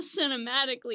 cinematically